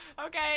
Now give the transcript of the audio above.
okay